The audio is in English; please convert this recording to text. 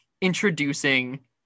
introducing